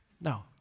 No